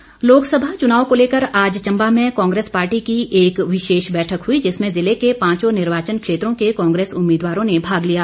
कांग्रेस बैठक लोक सभा चुनाव को लेकर आज चम्बा में कांग्रेस पार्टी की एक विशेष बैठक हुई जिसमें जिले के पांचों निर्वाचन क्षेत्रों के कांग्रेस उम्मीदवारों ने भाग लिया